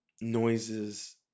noises